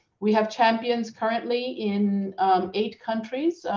we have champions currently in eight countries.